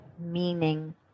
meaning